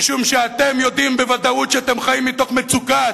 משום שאתם יודעים בוודאות שאתם חיים מתוך מצוקה,